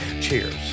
cheers